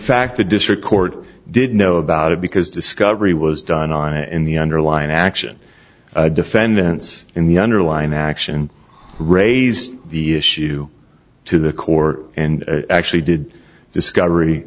fact the district court did know about it because discovery was done on it in the underlying action defendants in the underlying action raised the issue to the core and actually did discovery